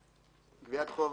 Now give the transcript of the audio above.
"(ב) גביית חוב